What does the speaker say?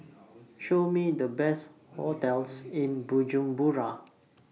Show Me The Best hotels in Bujumbura